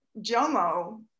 JOMO